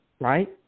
right